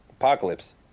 Apocalypse